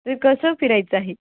ते कसं फिरायचं आहे